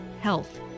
health